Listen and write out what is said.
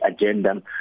agenda